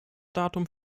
datum